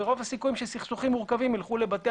ורוב הסיכויים שסכסוכים מורכבים ילכו לבתי